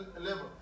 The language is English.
level